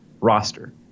roster